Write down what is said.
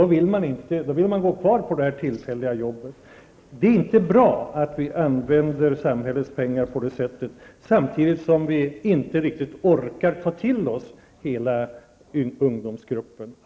Då vill de gå kvar på det tillfälliga arbetet. Det är inte bra att vi använder samhällets pengar på det sättet, samtidigt som vi inte riktigt orkar ta till oss hela ungdomsgruppen.